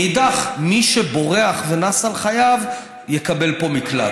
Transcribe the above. מנגד, מי שבורח ונס על חייו, יקבל פה מקלט.